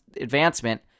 advancement